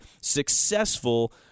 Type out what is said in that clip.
successful